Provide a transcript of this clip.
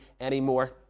anymore